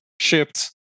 shipped